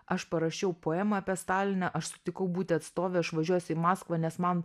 aš parašiau poemą apie staliną aš sutikau būti atstovė aš važiuosiu į maskvą nes man